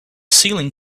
ceiling